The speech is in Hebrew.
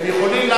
הם יכולים,